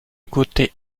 côté